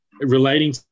Relating